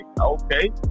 okay